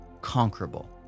conquerable